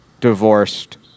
divorced